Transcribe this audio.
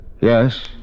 Yes